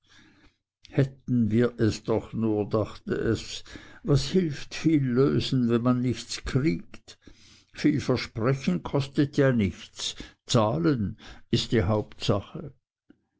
hätten wir es doch nur dachte es was hilft viel lösen wenn man nichts kriegt viel versprechen kostet ja nichts zahlen ist die hauptsache